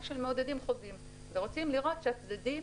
של עידוד חוזים ורוצים לראות שהצדדים